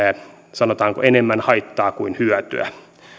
sanotaanko enemmän haittaa kuin hyötyä